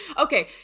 Okay